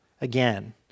again